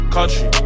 Country